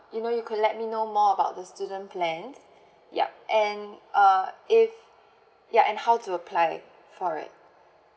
you know you could let me know more about the student plans yup and uh if ya and how to apply for it